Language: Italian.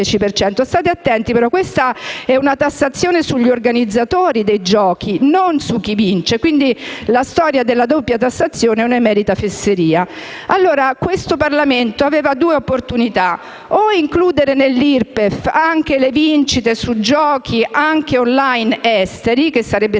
State attenti, però: questa è una tassazione sugli organizzatori dei giochi, non su chi vince, quindi la storia della doppia tassazione è un'emerita fesseria. Questo Parlamento aveva due opportunità: o includere nell'IRPEF le vincite sui giochi, anche *on line*, non esteri (sarebbe stata